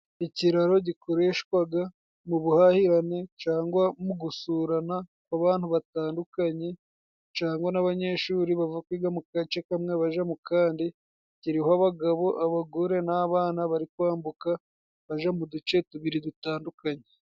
Ikiraro gikoreshwaga mu buhahirane cangwa mu gusurana kw' abantu batandukanye cangwa n'abanyeshuri bava kwiga mu gace kamwe baja mu kandi, kiriho abagabo, abagore n'abana bari kwambuka baja mu duce tubiri dutandukanye.